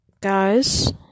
guys